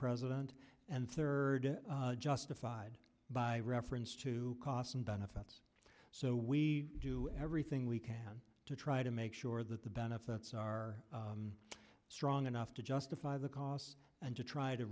president and third justified by reference to cost and benefits so we do everything we can to try to make sure that the benefits are strong enough to justify the costs and to try to